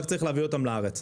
רק צריך להביא אותם לארץ.